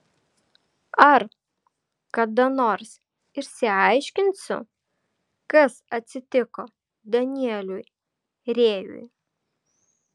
ar kada nors išsiaiškinsiu kas atsitiko danieliui rėjui